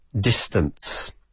distance